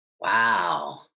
Wow